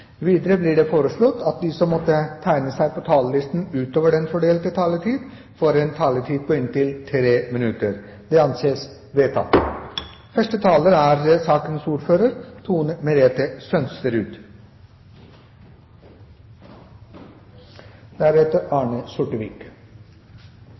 Videre blir det foreslått at de som måtte tegne seg på talerlisten utover den fordelte taletid, får en taletid på inntil 3 minutter. – Det anses vedtatt. Dette er